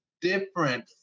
different